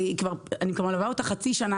אני כבר אותה כבר חצי שנה,